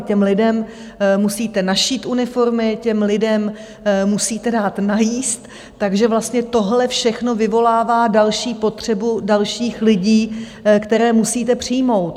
Těm lidem musíte našít uniformy, těm lidem musíte dát najíst, takže vlastně tohle všechno vyvolává další potřebu dalších lidí, které musíte přijmout.